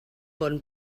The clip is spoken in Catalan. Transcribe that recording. bon